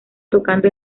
tocando